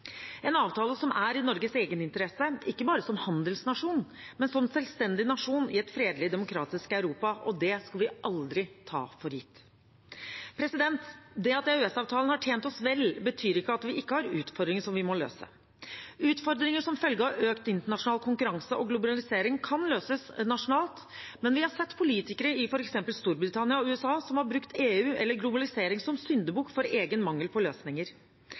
en avtale som er i Norges egeninteresse, ikke bare som handelsnasjon, men som selvstendig nasjon i et fredelig, demokratisk Europa. Det skal vi aldri ta for gitt. Det at EØS-avtalen har tjent oss vel, betyr ikke at vi ikke har utfordringer som vi må løse. Utfordringer som følge av økt internasjonal konkurranse og globalisering kan løses nasjonalt, men vi har sett politikere f.eks. i Storbritannia og USA som har brukt EU eller globalisering som syndebukk for egen mangel på løsninger.